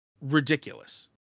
ridiculous